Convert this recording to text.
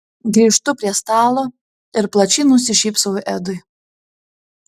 grįžtu prie stalo ir plačiai nusišypsau edui